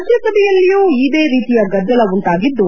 ರಾಜ್ಯಸಭೆಯಲ್ಲಿಯೂ ಇದೇ ರೀತಿಯ ಗದ್ದಲ ಉಂಟಾಗಿದ್ದು